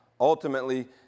Ultimately